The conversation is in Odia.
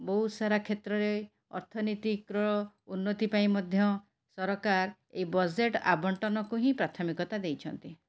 ବହୁତ ସାରା କ୍ଷେତ୍ରରେ ଅର୍ଥନୀତିକର ଉନ୍ନତି ପାଇଁ ମଧ୍ୟ ସରକାର ଏ ବଜେଟ୍ ଆବଣ୍ଟନକୁ ହିଁ ପ୍ରାଥମିକତା ଦେଇଛନ୍ତି